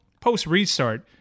post-restart